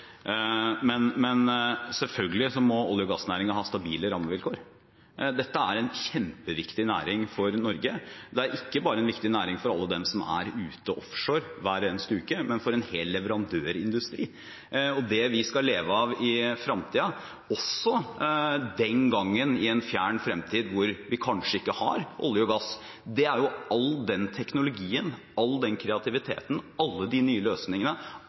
Norge. Det er ikke en viktig næring bare for alle dem som er offshore hver eneste uke, men for en hel leverandørindustri. Det vi skal leve av i fremtiden, også i en fjern fremtid når vi kanskje ikke har olje og gass, er all teknologien, all kreativiteten, alle de nye løsningene,